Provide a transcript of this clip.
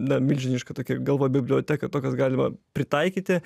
na milžinišką tokią galvoj biblioteką to kas galima pritaikyti